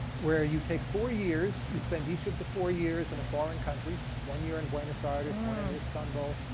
where you take four years. you spend each of the four years in a foreign country. one year in buenos ah aires, one in in istanbul,